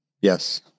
Yes